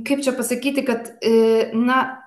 kaip čia pasakyti kad e na